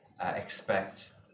expect